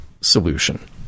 solution